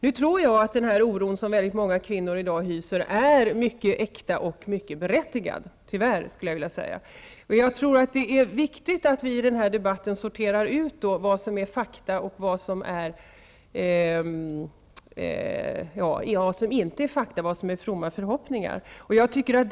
Nu tror jag tyvärr att den oro som många kvinnor i dag hyser är mycket äkta och berättigad. Det är viktigt att vi sorterar ut vad som är fakta och vad som inte är fakta, utan fromma förhoppningar, i den här debatten.